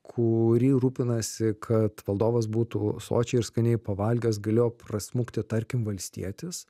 kuri rūpinasi kad valdovas būtų sočiai ir skaniai pavalgęs galėjo prasmukti tarkim valstietis